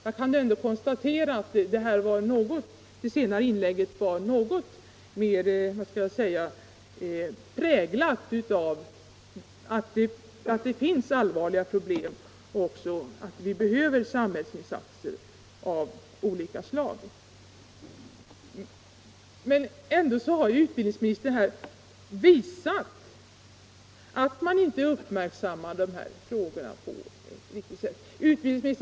Jag kan ändå konstatera att det senaste inlägget var något mera präglat av insikt om att det finns allvarliga problem liksom också att det behövs samhällsinsatser av olika slag. Av utbildningsministerns inlägg framgår att han inte uppmärksammat de här frågorna på ett riktigt sätt.